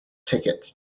ticket